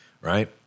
right